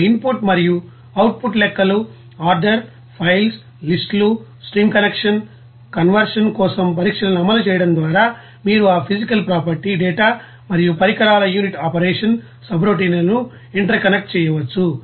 ఆ ఇన్పుట్ మరియు అవుట్పుట్ లెక్కలు ఆర్డర్ ఫైల్స్ లిస్ట్లు స్ట్రీమ్ కనెక్షన్ కన్వర్జెన్స్ కోసం పరీక్షలను అమలు చేయడం ద్వారా మీరు ఈ ఫిసికల్ ప్రాపర్టీ డేటా మరియు పరికరాల యూనిట్ ఆపరేషన్ సబ్రౌటిన్లను ఇంటర్కనెక్ట్ చేయవచ్చు